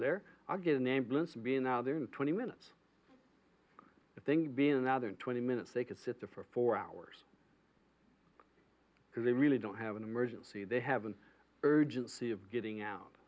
there i'll get an ambulance being out there in twenty minutes the thing being another twenty minutes they can sit there for four hours because they really don't have an emergency they have an urgency of getting out